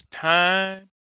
time